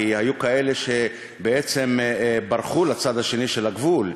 כי היו כאלה שבעצם ברחו לצד השני של הגבול,